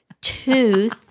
tooth